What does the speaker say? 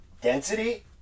Density